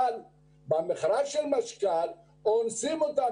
אבל במכרז של משכ"ל אונסים אותם,